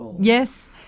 Yes